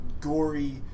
gory